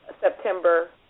September